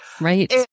Right